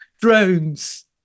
drones